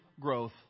growth